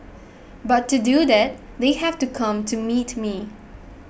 but to do that they have to come to meet me